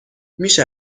میشه